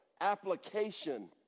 application